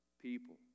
people